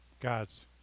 God's